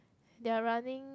they are running